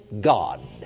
God